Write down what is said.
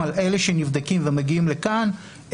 אבל אלה שנבדקים ומגיעים לכאן,